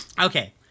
Okay